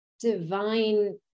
divine